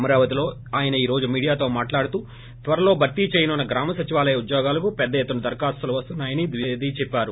అమరావతిలో ఆయన ఈ రోజు మీడియాతో మాట్లాడుతూ త్వరలో భర్తీ చేయనున్న గ్రామ సచివాలయ ఉద్యోగాలకు పెద్ద ఎత్తున దరఖాస్తులు వస్తున్నాయని ద్వివేది చెప్పారు